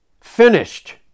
Finished